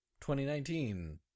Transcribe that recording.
2019